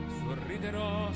sorriderò